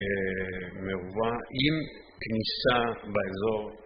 עם כניסה באזור.